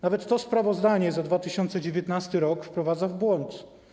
Nawet to sprawozdanie za 2019 r. wprowadza w błąd.